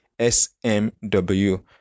SMW